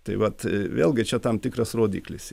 tai vat vėlgi čia tam tikras rodiklis